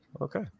Okay